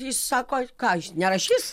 jis sako ką aš nerašys